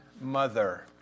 mother